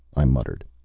i muttered.